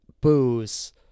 booze